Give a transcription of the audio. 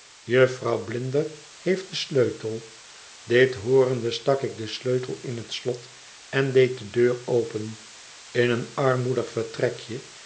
jufvrouw blinder heeft den sleutel dit hoorende stak ik den sleutel in het slot en deed de deur open in een armoedig vertrekje